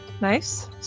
Nice